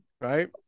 Right